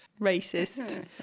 Racist